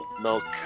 milk